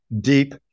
deep